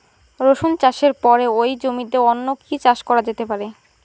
রসুন চাষের পরে ওই জমিতে অন্য কি চাষ করা যেতে পারে?